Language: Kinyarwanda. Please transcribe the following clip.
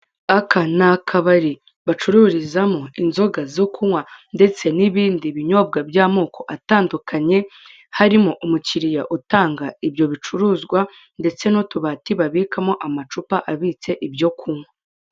Aka ni akabari bacururizamo inzoga zo kunywa ndetse n'ibindi binyobwa by'amoko atandukanye harimo umukiriya utanga uwo mukiriya utanga ibyo bicuruzwa ndetse n'utubati babikamo amacupa abitse ibyo kunywa.